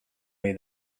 ohi